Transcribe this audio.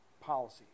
policy